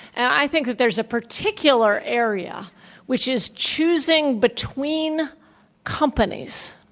and i think that there's a particular area which is choosing between companies,